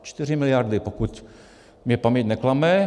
Čtyři miliardy, pokud mě paměť neklame.